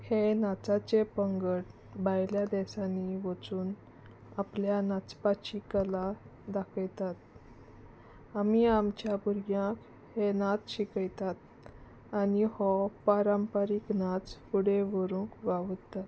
हे नाचाचे पंगड बायल्या देसांनी वचून आपल्या नाचपाची कला दाखयतात आमी आमच्या भुरग्यांक हे नाच शिकयतात आनी हो परंपरीक नाच फुडें व्हरूंक वावुरतात